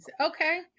Okay